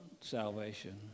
salvation